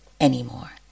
anymore